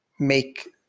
make